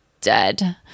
dead